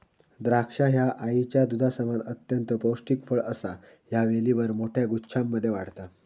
द्राक्षा ह्या आईच्या दुधासमान अत्यंत पौष्टिक फळ असा ह्या वेलीवर मोठ्या गुच्छांमध्ये वाढता